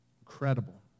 Incredible